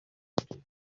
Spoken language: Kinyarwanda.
academy